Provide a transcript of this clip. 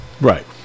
Right